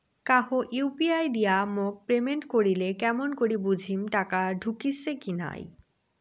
কাহো ইউ.পি.আই দিয়া মোক পেমেন্ট করিলে কেমন করি বুঝিম টাকা ঢুকিসে কি নাই?